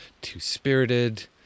two-spirited